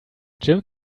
jim